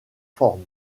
forme